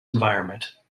environment